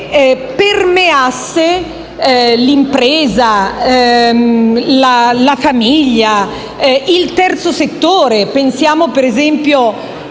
che permeasse l'impresa, la famiglia e il terzo settore.